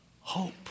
hope